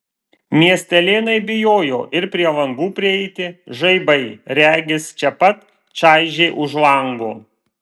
miestelėnai bijojo ir prie langų prieiti žaibai regis čia pat čaižė už lango